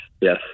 Yes